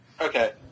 Okay